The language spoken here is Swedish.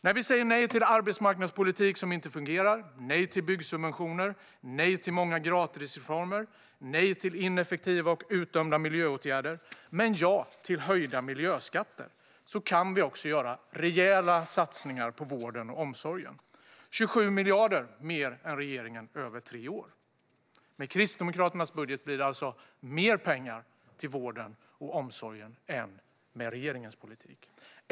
När vi säger nej till arbetsmarknadspolitik som inte fungerar, nej till byggsubventioner, nej till många gratisreformer, nej till ineffektiva och utdömda miljöåtgärder men ja till höjda miljöskatter kan vi också göra rejäla satsningar på vården och omsorgen - 27 miljarder mer än regeringen över tre år. Med Kristdemokraternas budget blir det alltså mer pengar till vården och omsorgen än det blir med regeringens politik.